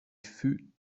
fut